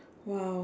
!wow!